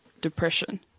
depression